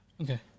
Okay